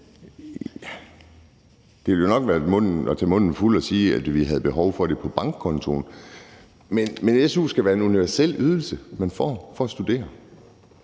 Det ville nok være at tage munden fuld at sige, at vi havde behov for det på bankkontoen. Men su skal være en universel ydelse, man får for at studere,